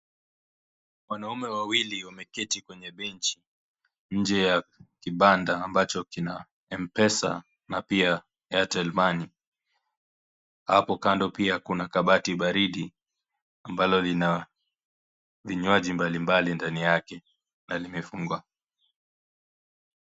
Wanaume wawili wameketi kwenye benchi nje ya kibanda ambacho kina M-Pesa na pia Airtel Money. Hapo kando pia kuna kabati baridi, ambalo lina vinywaji mbali mbali ndani yake na limefungwa.